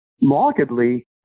markedly